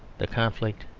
the conflict,